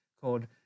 called